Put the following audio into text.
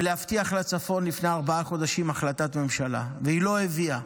ולהבטיח לצפון לפני ארבעה חודשים החלטת ממשלה והיא לא הביאה.